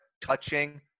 touching